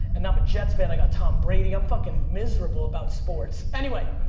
and i'm a jets fan, i got tom brady, i'm fucking miserable about sports. anyway.